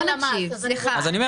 סליחה,